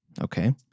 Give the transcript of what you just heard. okay